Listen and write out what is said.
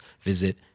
visit